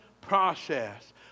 process